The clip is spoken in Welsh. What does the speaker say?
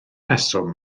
rheswm